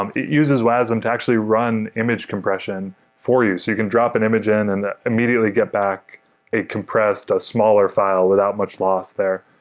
um it uses wasm to actually run image compression for you. so you can drop an image in and then immediately get back a compressed, a smaller file without much loss there.